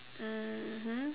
mmhmm